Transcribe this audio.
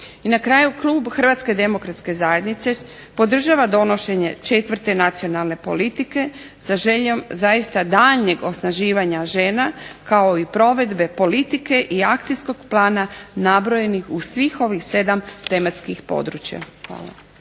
I na kraju Klub HDZ-a podržava donošenje 4. Nacionalne politike sa željom zaista daljnjeg osnaživanja žena kao i provedbe politike i akcijskog plana nabrojenih u svih ovih 7 tematskih područja.